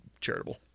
charitable